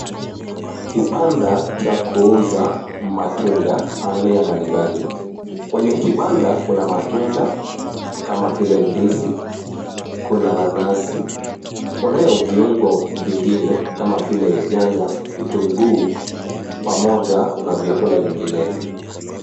Kibanda cha kuuza matunda aina ya mbalimbali, kwenye kibanda kuna matunda kama vile ndizi kuna nanasi kunayo viungo vingine kama vile nyanya, vitunguu pamoja na vyakula vinginevyo